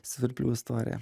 svirplių istoriją